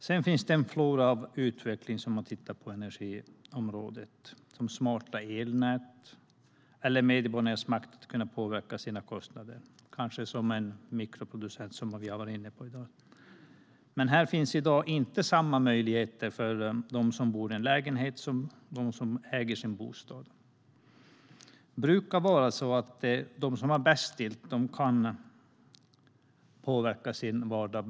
Det finns en flora av utveckling om man tittar på energiområdet, såsom smarta elnät och medborgarnas makt att kunna påverka sina kostnader, kanske som mikroproducent. Här finns det i dag inte samma möjlighet för dem som bor i lägenhet som det finns för dem som äger sin bostad. Det brukar vara så att de som har det bäst ställt kan påverka sin vardag.